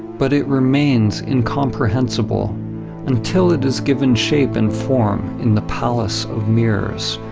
but it remains incomprehensible until it has given shape and form in the palace of mirrors,